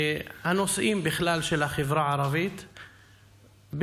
והנושאים של החברה הערבית בכלל,